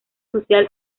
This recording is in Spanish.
social